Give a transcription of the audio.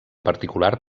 particular